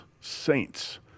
Saints